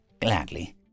Gladly